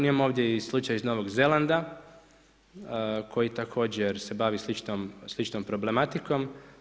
Imamo ovdje i slučaj iz Novog Zelanda, koji također se bavi sličnom problematikom.